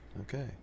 Okay